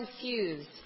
confused